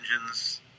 engines